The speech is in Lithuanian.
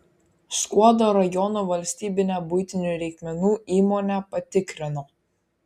skuodo rajono valstybinę buitinių reikmenų įmonę patikrino